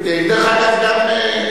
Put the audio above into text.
דרך אגב,